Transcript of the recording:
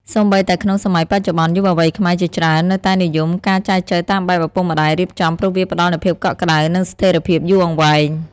សូម្បីតែក្នុងសម័យបច្ចុប្បន្ន យុវវ័យខ្មែរជាច្រើននៅតែនិយមការចែចូវតាមបែបឪពុកម្ដាយរៀបចំ ព្រោះវាផ្ដល់នូវភាពកក់ក្ដៅ និងស្ថិរភាពយូរអង្វែង។